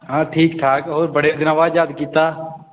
ਹਾਂ ਠੀਕ ਠਾਕ ਹੋਰ ਬੜੇ ਦਿਨਾਂ ਬਾਅਦ ਯਾਦ ਕੀਤਾ